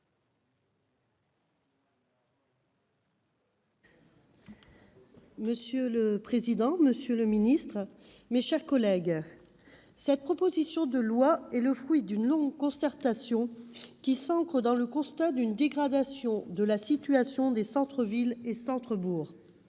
Monsieur le président, monsieur le ministre, mes chers collègues, cette proposition de loi est le fruit d'une longue concertation, ancrée dans le constat d'une dégradation de la situation des centres-villes et centres-bourgs.